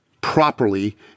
properly